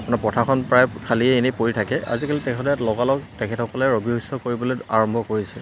আপোনাৰ পথাৰখন প্ৰায় খালি হৈ এনেই পৰি থাকে আজিকালি তেখেতে লগালগ তেখেতসকলে ৰবি শস্য কৰিবলৈ আৰম্ভ কৰিছে